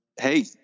hey